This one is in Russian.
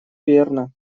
верно